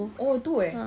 oh itu eh